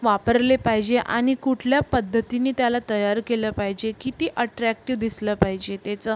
वापरले पाहिजे आणि कुठल्या पद्धतीनी त्याला तयार केलं पाहिजे की ती अट्रॅक्टिव दिसलं पाहिजे त्याचं